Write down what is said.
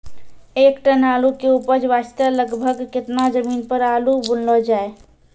एक टन आलू के उपज वास्ते लगभग केतना जमीन पर आलू बुनलो जाय?